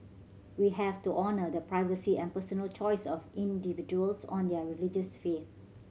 we have to honour the privacy and personal choice of individuals on their religious faith